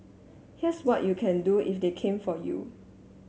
here's what you can do if they came for you